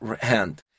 hand